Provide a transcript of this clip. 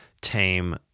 tame